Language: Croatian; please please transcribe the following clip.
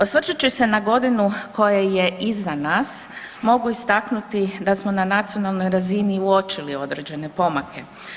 Osvrćući se na godinu koja je iza nas, mogu istaknuti da smo na nacionalnoj razini uočili određene pomake.